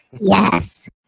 Yes